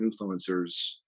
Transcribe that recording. Influencers